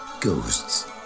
ghosts